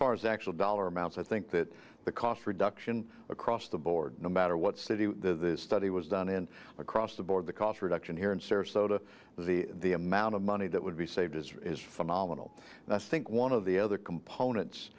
far as the actual dollar amounts i think that the cost reduction across the board no matter what city the study was done in across the board the cost reduction here in sarasota the amount of money that would be saved is is phenomenal that's think one of the other component